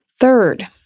third